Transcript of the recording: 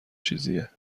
چیزیه